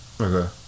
Okay